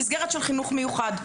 או במסגרת של חינוך מיוחד.